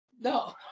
No